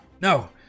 No